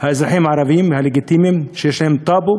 האזרחים הערבים הלגיטימיים, שיש להם טאבו,